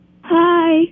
Hi